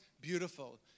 beautiful